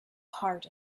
heart